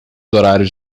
horários